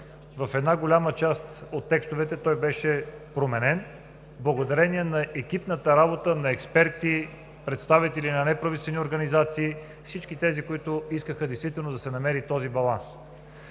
в една голяма част от текстовете той беше променен, благодарение на екипната работа на експерти, представители на неправителствени организации – всички тези, които искаха да се намери този баланс.